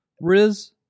Riz